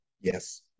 Yes